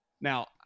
Now